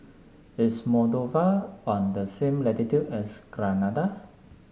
is Moldova on the same latitude as Grenada